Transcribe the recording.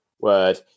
word